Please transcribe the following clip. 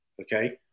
Okay